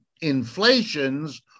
Inflations